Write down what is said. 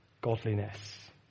godliness